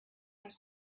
was